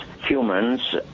humans